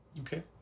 Okay